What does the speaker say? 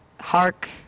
Hark